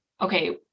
okay